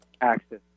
access